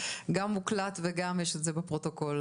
גם מוקלט וגם יש את זה בפרוטוקול,